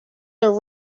are